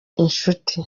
inshuti